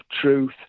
truth